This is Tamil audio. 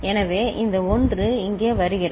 எனவே இந்த 1 இங்கே வருகிறது